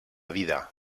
vida